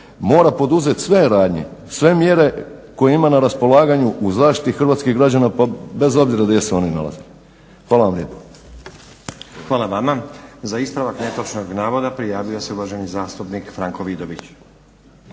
mora poduzeti sve radnje, sve mjere koje ima na raspolaganju u zaštiti hrvatskih građana bez obzira gdje se oni nalaze. Hvala vam lijepa. **Stazić, Nenad (SDP)** Hvala vama. Za ispravak netočnog navoda prijavio se uvaženi zastupnik Franko Vidović.